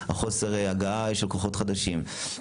חוסר ההגעה של כוחות חדשים.